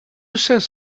says